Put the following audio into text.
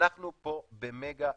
אנחנו פה במגה אירוע,